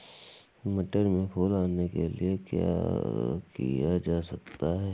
मटर में फूल आने के लिए क्या किया जा सकता है?